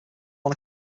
one